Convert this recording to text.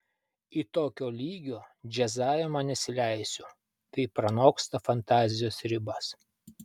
į tokio lygio džiazavimą nesileisiu tai pranoksta fantazijos ribas